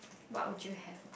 what would you have